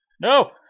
No